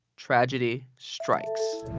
tragedy strikes.